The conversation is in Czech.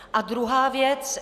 A druhá věc.